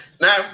Now